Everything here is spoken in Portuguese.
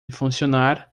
funcionar